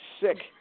Sick